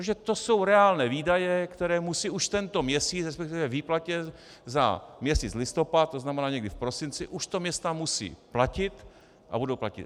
Protože to jsou reálné výdaje, která musí už tento měsíc, resp. ve výplatě za měsíc listopad, tzn. někdy v prosinci, už to města musí platit a budou platit.